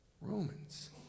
Romans